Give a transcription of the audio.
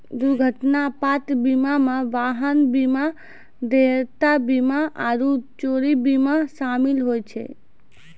दुर्घटना आपात बीमा मे वाहन बीमा, देयता बीमा आरु चोरी बीमा शामिल होय छै